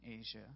Asia